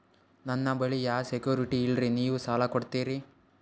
ನನ್ನ ಬಳಿ ಯಾ ಸೆಕ್ಯುರಿಟಿ ಇಲ್ರಿ ನೀವು ಸಾಲ ಕೊಡ್ತೀರಿ?